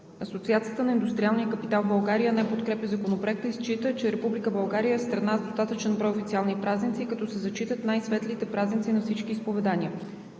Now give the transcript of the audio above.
Асоциацията на индустриалния капитал в България не подкрепя Законопроекта и счита, че Република България е страна с достатъчен брой официални празници, като се зачитат най-светлите празници на всички изповедания.